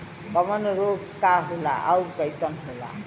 कवक रोग का होला अउर कईसन होला?